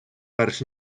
перш